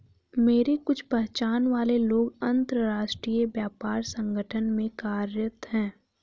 मेरे कुछ पहचान वाले लोग अंतर्राष्ट्रीय व्यापार संगठन में कार्यरत है